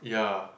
ya